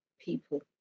people